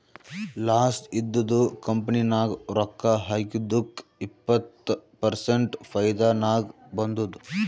loss ಇದ್ದಿದು company ನಾಗ್ ರೊಕ್ಕಾ ಹಾಕಿದ್ದುಕ್ ಇಪ್ಪತ್ ಪರ್ಸೆಂಟ್ ಫೈದಾ ನಾಗ್ ಬಂದುದ್